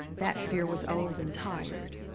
that fear was old and tired,